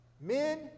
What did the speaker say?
men